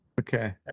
Okay